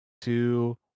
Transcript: two